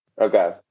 Okay